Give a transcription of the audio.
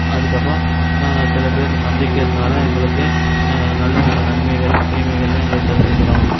அதுக்கப்பறம் நாங்கள் சில பேர்த்த சந்திக்கிறதனால எங்களுக்கு நல்ல நல்ல நன்மைகள் தீமைகள்லாம் எங்களுக்கு தெரிஞ்சிக்கிறோம்